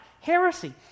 heresy